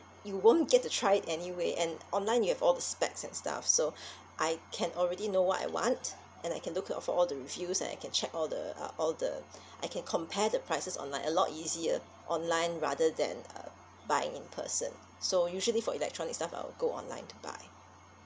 you won't get to try it anyway and online you have all the specs and stuff so I can already know what I want and I can look at of all the reviews and I can check all the uh all the I can compare the prices online a lot easier online rather than uh buying in person so usually for electronic stuff I'll go online to buy